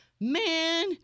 man